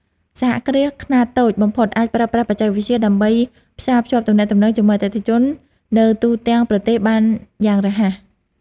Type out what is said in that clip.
សហគ្រាសខ្នាតតូចបំផុតអាចប្រើប្រាស់បច្ចេកវិទ្យា ដើម្បីផ្សារភ្ជាប់ទំនាក់ទំនងជាមួយអតិថិជននៅទូទាំងប្រទេសបានយ៉ាងរហ័ស។